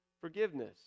forgiveness